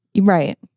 Right